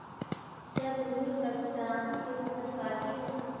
क्या तुमने कभी दरांती से फसल काटी है?